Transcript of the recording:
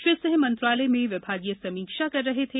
श्री सिंह मंत्रालय में विभागीय समीक्षा कर रहे थे